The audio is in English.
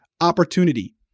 Opportunity